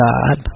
God